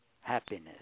happiness